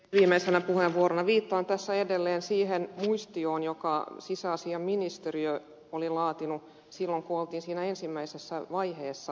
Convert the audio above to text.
viimeisenä puheenvuorona viittaan edelleen siihen muistioon jonka sisäasiainministeriö oli laatinut silloin kun oltiin siinä ensimmäisessä vaiheessa